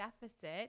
deficit